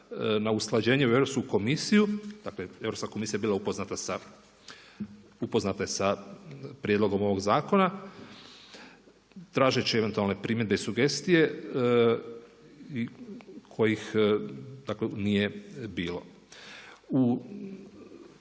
na usklađenje u Europsku komisiju, dakle Europska komisija je bila upoznata sa, upoznata je sa prijedlogom ovoga zakona, tražeći eventualne primjedbe i sugestije kojih dakle nije bilo.